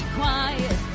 quiet